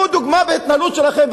תהוו דוגמה בהתנהלות שלכם,